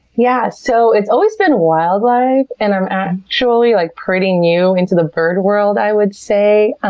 yeah, so it's always been wildlife, and i'm actually, like, pretty new into the bird world, i would say. and